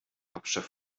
hauptstadt